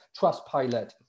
Trustpilot